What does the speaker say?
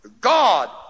God